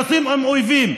עושים עם אויבים.